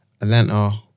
Atlanta